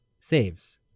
Saves